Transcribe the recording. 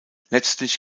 letztlich